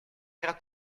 area